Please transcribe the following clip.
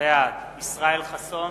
בעד ישראל חסון,